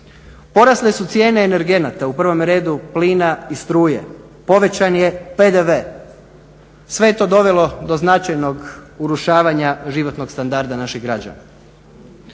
porasle su cijene energenata u prvom redu plina i struje, povećan je PDV, sve je to dovelo do značajnog urušavanja životnog standarda naših građana.